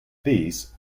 this